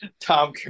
Tom